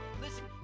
Listen